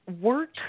work